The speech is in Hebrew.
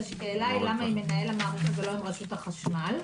למה עם מנהל המערכת ולא עם רשות החשמל,